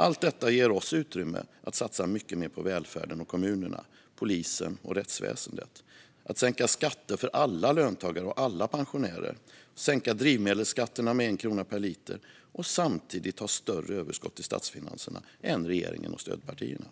Allt detta ger oss utrymme att satsa mycket mer på välfärden, kommunerna, polisen och rättsväsendet, att sänka skatter för alla löntagare och pensionärer, sänka drivmedelsskatterna med 1 krona per liter och samtidigt ha större överskott i statsfinanserna än regeringen och stödpartierna.